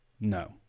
No